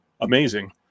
amazing